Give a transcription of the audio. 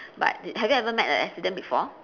but have you ever met an accident before